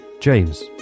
James